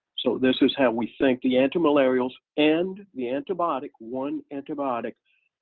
so this is how we think the antimalarials and the antibiotic, one antibiotic,